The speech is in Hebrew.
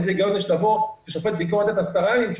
איזה היגיון זה שתבוא לשופט ובמקום לתת 10 ימים הוא